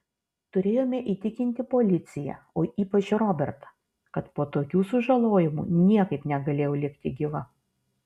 turėjome įtikinti policiją o ypač robertą kad po tokių sužalojimų niekaip negalėjau likti gyva